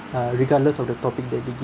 uh regardless of the topic that they give